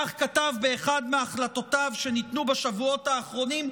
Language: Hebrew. כך כתב באחת מהחלטותיו שניתנו בשבועות האחרונים,